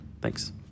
thanks